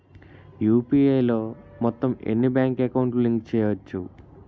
UPI లో మొత్తం ఎన్ని బ్యాంక్ అకౌంట్ లు లింక్ చేయచ్చు?